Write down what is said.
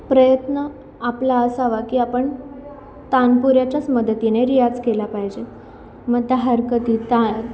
प्रयत्न आपला असा हवा की आपण तानपुऱ्याच्याच मदतीने रियाज केला पाहिजे मग त्या हरकती ता